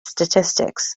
statistics